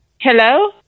Hello